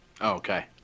Okay